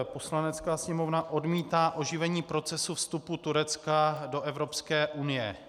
Poslanecká sněmovna odmítá oživení procesu vstupu Turecka do Evropské unie.